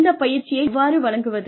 இந்த பயிற்சியை எவ்வாறு வழங்குவது